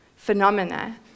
phenomena